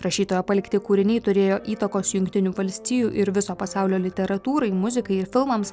rašytojo palikti kūriniai turėjo įtakos jungtinių valstijų ir viso pasaulio literatūrai muzikai ir filmams